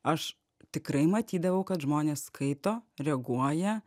aš tikrai matydavau kad žmonės skaito reaguoja